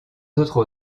autres